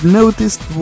noticed